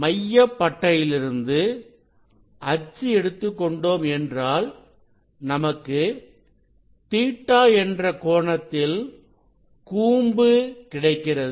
மைய பட்டையிலிருந்து அச்சு எடுத்துக்கொண்டோம் என்றால் நமக்கு Ɵ என்ற கோணத்தில் கூம்பு கிடைக்கிறது